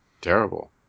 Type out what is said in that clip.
terrible